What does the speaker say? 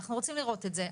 אנחנו רוצים לראות את זה.